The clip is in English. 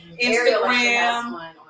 Instagram